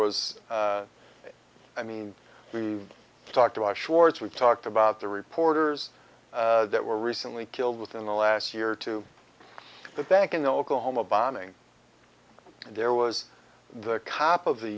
was i mean we've talked about shorts we talked about the reporters that were recently killed within the last year or two the back in the oklahoma bombing and there was the cop of the